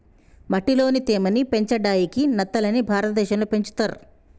మట్టిలోని తేమ ని పెంచడాయికి నత్తలని భారతదేశం లో పెంచుతర్